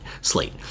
slate